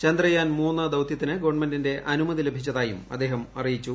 ചന്ദ്രയാൻ ദ ദൌത്യത്തിന് ഗവൺമെന്റിന്റെ അനുമതി ലഭിച്ചതായും അദ്ദേഹം അറിയിച്ചു